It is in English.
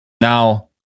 Now